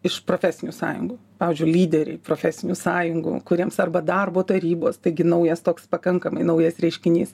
iš profesinių sąjungų pavyzdžiui lyderiai profesinių sąjungų kuriems arba darbo tarybos taigi naujas toks pakankamai naujas reiškinys